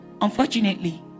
unfortunately